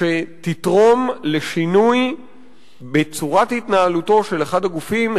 שתתרום לשינוי בצורת התנהלותו של אחד הגופים,